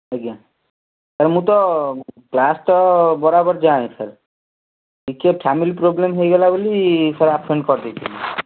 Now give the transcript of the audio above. ଆଜ୍ଞା ସାର୍ ମୁଁ ତ କ୍ଳାସ୍ ତ ବରାବର ଯାଏଁ ସାର୍ ଟିକେ ଫ୍ୟାମିଲି ପ୍ରୋବ୍ଲେମ୍ ହେଇଗଲା ବୋଲି ସାର୍ ଆବସେଣ୍ଟ୍ କରି ଦେଇଥିଲି